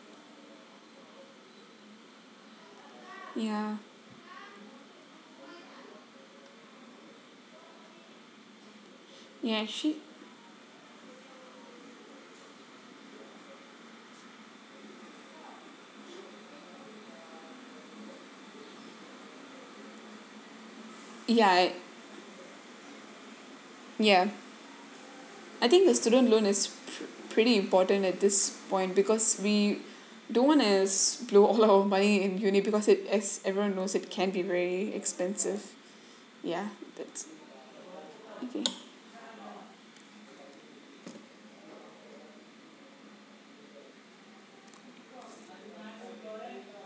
ya yeah she ya ya I think the student loan is p~ pretty important at this point because we don't wanna s~ blow all our money in uni because it as everyone knows it can be very expensive ya that's okay